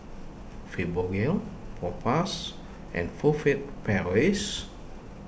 Fibogel Propass and Furfere Paris